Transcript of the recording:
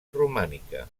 romànica